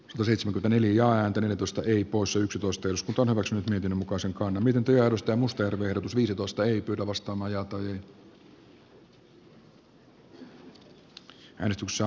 rseitsemän vaniljaan tunnetusta ei lipposen toista jos kotona vasen niityn mukaan se on miten teosta muster verotus viisitoista ei pidä vasta mm mietintöä vastaan